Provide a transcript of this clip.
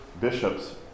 bishops